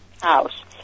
house